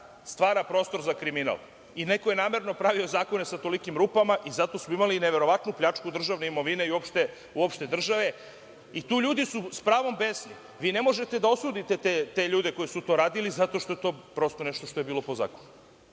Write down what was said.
stvara prostor za kriminal. Neko je namerno pravio zakone sa tolikim rupama i zato smo imali neverovatnu pljačku državne imovine i uopšte države. LJudi su s pravom besni. Vi ne možete da osudite te ljude koji su to radili, zato što je to nešto što je bilo po zakonu